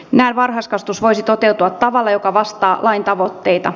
näin varhaiskasvatus voisi toteutua tavalla joka vastaa lain tavoitteita